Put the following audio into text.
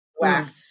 whack